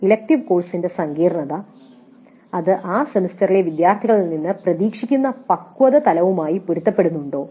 elective കോഴ്സിന്റെ സങ്കീർണ്ണത അത് ആ സെമസ്റ്ററിലെ വിദ്യാർത്ഥികളിൽ നിന്ന് പ്രതീക്ഷിക്കുന്ന പക്വതതലവുമായി പൊരുത്തപ്പെടുന്നുണ്ടോ